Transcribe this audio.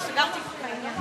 לא, אני סגרתי אתה את העניין.